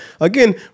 again